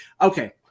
okay